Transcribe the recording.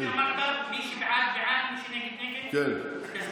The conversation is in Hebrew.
ההצעה להעביר את הנושא לוועדה הזמנית לענייני כספים